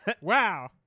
Wow